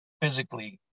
physically